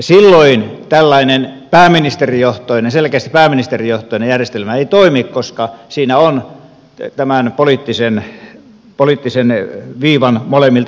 silloin tällainen pääministerijohtoinen selkeästi pääministerijohtoinen järjestelmä ei toimi koska siinä on puolueita tämän poliittisen viivan molemmilta puolilta